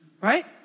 Right